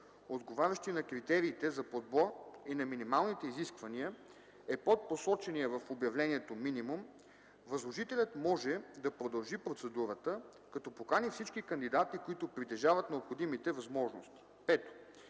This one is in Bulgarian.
отговарящи на критериите за подбор и на минималните изисквания, е под посочения в обявлението минимум, възложителят може да продължи процедурата, като покани всички кандидати, които притежават необходимите възможности.”